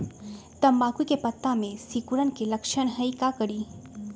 तम्बाकू के पत्ता में सिकुड़न के लक्षण हई का करी?